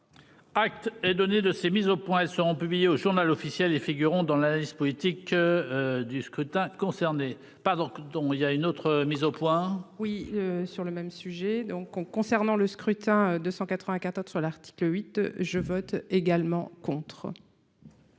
Acte est donné de ces mises au point. Elles seront publiées au Journal officiel et figureront dans la liste politique. Du scrutin concernés pas donc dont il y a une autre mise au point. Oui, sur le même sujet, donc on concernant le scrutin de 194 sur l'article 8, je vote également contre.